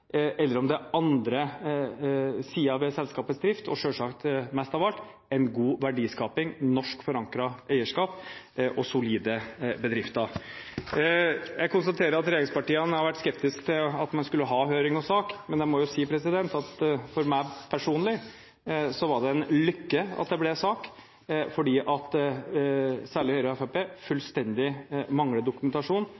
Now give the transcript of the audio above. eller om det er andre sider ved selskapets drift, og selvsagt mest av alt: en god verdiskaping, norsk forankret eierskap og solide bedrifter. Jeg konstaterer at regjeringspartiene har vært skeptiske til å ha høring og sak, men for meg personlig var det en lykke at det ble sak, fordi særlig Høyre og